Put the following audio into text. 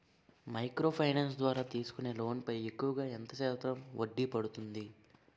Micro finance ద్వారా తీసుకునే loan పై ఎక్కువుగా ఎంత శాతం వడ్డీ పడుతుంది?